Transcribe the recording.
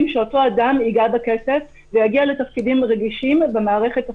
שאותו אדם ייגע בכסף ויגיע לתפקידים רגישים במערכת הפיננסית.